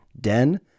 den